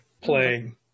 playing